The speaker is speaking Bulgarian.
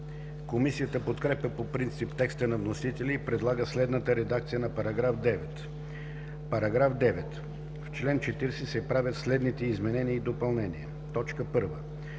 Комисията подкрепя по принцип текста на вносителя и предлага следната редакция на § 9: „§ 9. В чл. 40 се правят следните изменения и допълнения: 1.